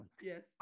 Yes